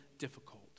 difficult